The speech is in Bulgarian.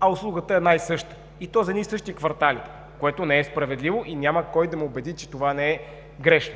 а услугата е една и съща и то за едни и същи кварталите, което не е справедливо и няма кой да ме убеди, че това не е грешно.